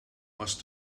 was